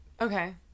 Okay